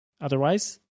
otherwise